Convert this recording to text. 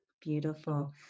Beautiful